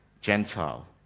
Gentile